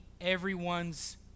everyone's